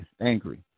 angry